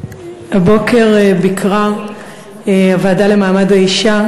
הבוקר ביקרה הוועדה לקידום מעמד האישה